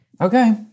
Okay